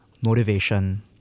motivation